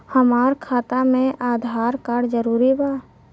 हमार खाता में आधार कार्ड जरूरी बा?